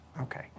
Okay